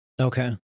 Okay